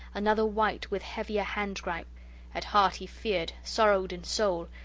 another wight with heavier hand-gripe at heart he feared, sorrowed in soul,